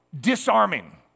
disarming